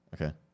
Okay